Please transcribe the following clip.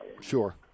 sure